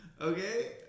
Okay